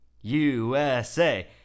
USA